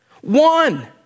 one